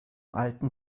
alten